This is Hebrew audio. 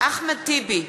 אחמד טיבי,